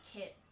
Kit